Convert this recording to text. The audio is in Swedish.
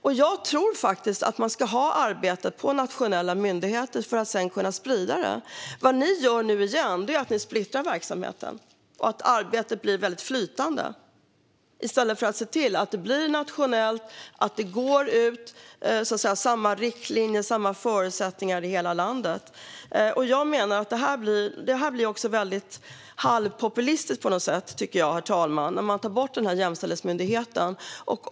Och jag tycker faktiskt att man ska ha arbetet på nationella myndigheter för att sedan kunna sprida det. Vad ni gör nu igen är att splittra verksamheten så att arbetet blir väldigt flytande i stället för att se till att det blir nationellt och att det blir samma riktlinjer och förutsättningar över hela landet. Jag menar att det är halvpopulistiskt, herr talman, att man tar bort Jämställdhetsmyndigheten.